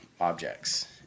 objects